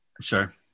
Sure